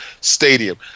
stadium